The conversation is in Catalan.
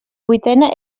vuitena